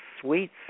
sweet